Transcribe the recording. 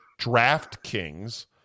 DraftKings